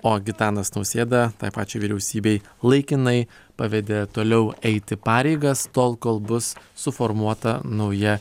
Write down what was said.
o gitanas nausėda tai pačiai vyriausybei laikinai pavedė toliau eiti pareigas tol kol bus suformuota nauja